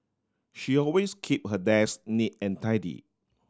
she always keep her desk neat and tidy